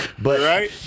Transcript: Right